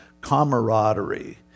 camaraderie